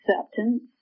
acceptance